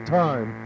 time